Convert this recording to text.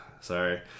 Sorry